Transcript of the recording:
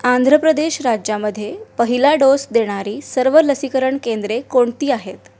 आंध्र प्रदेश राज्यामध्ये पहिला डोस देणारी सर्व लसीकरण केंद्रे कोणती आहेत